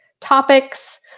topics